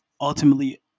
ultimately